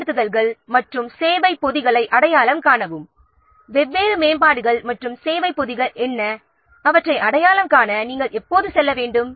மேம்படுத்தல்கள் மற்றும் சேவை பொதிகளை அடையாளம் காணவும் வெவ்வேறு மேம்பாடுகள் மற்றும் சேவை பொதிகள் என்ன என்பதை அடையாளம் காண வேண்டும்